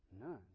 None